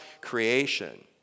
creation